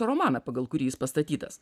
romaną pagal kurį jis pastatytas